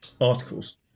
articles